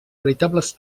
veritables